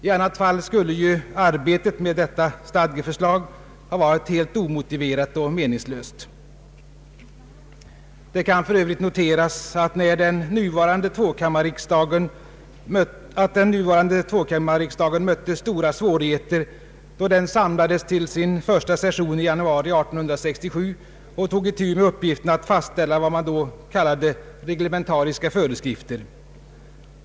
I annat fall skulle ju arbetet med detta stadgeförslag ha varit helt omotiverat och meningslöst. Det kan för övrigt noteras att den nuvarande tvåkammarriksdagen mötte stora svårigheter, då den samlades till sin första session i januari 1867 och tog itu med uppgiften att fastställa vad man då kallade reglementariska föreskrifter.